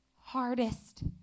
Hardest